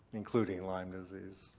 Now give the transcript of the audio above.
including lyme disease.